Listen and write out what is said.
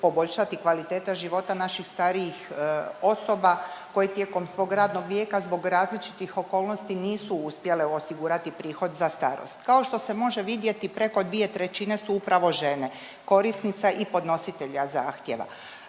poboljšati kvaliteta života naših starijih osoba koji tijekom svog radnog vijeka zbog različitih okolnosti nisu uspjele osigurati prihod za starost. Kao što se može vidjeti preko 2/3 su upravo žene korisnica i podnositelja zahtjeva.